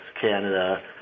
Canada